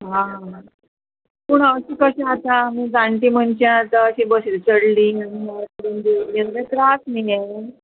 आ पूण अशें कशें आसा आमी जाणटी मनशां आतां अशीं बसीर चडलीं तेंका त्रास न्ही हें